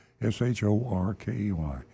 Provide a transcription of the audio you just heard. S-H-O-R-K-E-Y